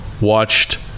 watched